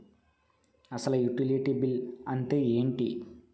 అసలు utility bill అంతే ఎంటి?